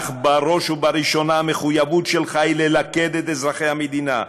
אך בראש ובראשונה המחויבות שלך היא ללכד את אזרחי המדינה,